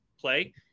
play